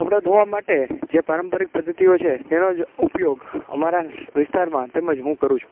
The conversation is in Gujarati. કપડાં ધોવા માટે જે પારંપરિક પદ્ધતિઓ છે તેનો જ ઉપયોગ અમારા વિસ્તારમાં તેમજ હું કરું છું